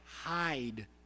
hide